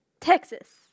Texas